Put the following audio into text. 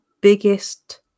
biggest